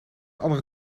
andere